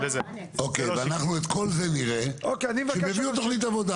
את כל זה נראה כשהם יביאו תוכנית עבודה.